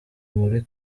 muri